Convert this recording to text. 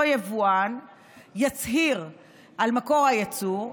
אותו יבואן יצהיר על מקור הייצור,